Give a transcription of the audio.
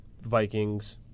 Vikings